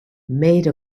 made